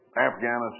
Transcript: Afghanistan